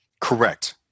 Correct